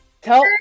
tell